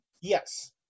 Yes